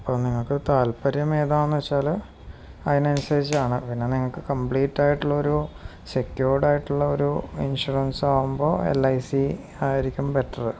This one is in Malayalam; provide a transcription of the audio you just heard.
അപ്പോള് നിങ്ങള്ക്കു താല്പര്യം ഏതാണെന്നുവച്ചാല് അതിനനുസരിച്ചാണു പിന്നെ നിങ്ങള്ക്ക് കംപ്ലീറ്റായിട്ടുള്ളൊരു സെക്യൂർഡായിട്ടുള്ള ഒരു ഇൻഷുറൻസ് ആവുമ്പോള് എൽ ഐ സി ആയിരിക്കും ബെറ്റര്